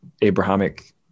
Abrahamic